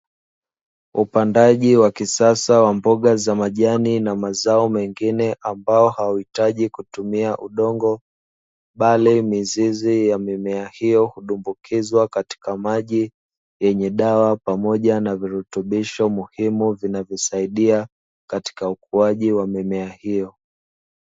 Upandaji wa kisasa wa mboga za majani na mazao mengine, ambao hauhitaji kutumia udongo, bali mizizi ya mimea hiyo hudumbukizwa katika maji yenye dawa pamoja na virutubisho muhimu, vinavyosaidia katika ukuaji wa mimea hiyo.